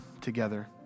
together